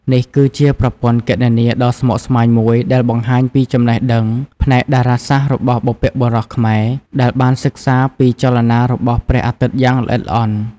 នេះគឺជាប្រព័ន្ធគណនាដ៏ស្មុគស្មាញមួយដែលបង្ហាញពីចំណេះដឹងផ្នែកតារាសាស្ត្ររបស់បុព្វបុរសខ្មែរ ដែលបានសិក្សាពីចលនារបស់ព្រះអាទិត្យយ៉ាងល្អិតល្អន់។